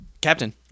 captain